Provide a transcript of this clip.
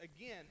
again